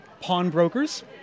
pawnbrokers